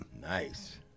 Nice